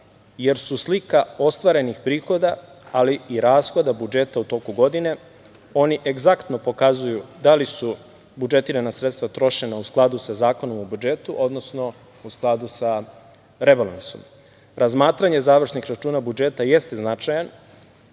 jer su slika ostvarenih prihoda, ali i rashoda budžeta u toku godine. Oni egzaktno pokazuju da li su budžetirana sredstva trošena u skladu sa Zakonom o budžetu, odnosno u skladu sa rebalansom. Razmatranje završnih računa budžeta jeste značajan,